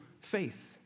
faith